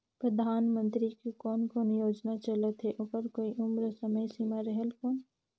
परधानमंतरी के कोन कोन योजना चलत हे ओकर कोई उम्र समय सीमा रेहेल कौन?